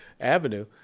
Avenue